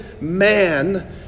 man